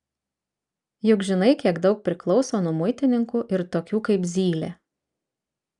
juk žinai kiek daug priklauso nuo muitininkų ir tokių kaip zylė